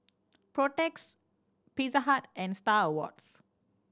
Protex Pizza Hut and Star Awards